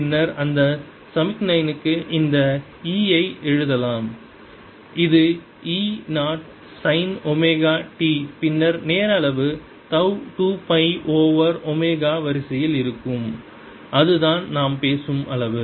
பின்னர் அந்த சமிக்ஞைக்கு இந்த E ஐ எழுதலாம் இது E 0 சைன் ஒமேகா t பின்னர் நேர அளவு தவ் 2 பை ஓவர் ஒமேகா வரிசையில் இருக்கும் அதுதான் நாம் பேசும் அளவு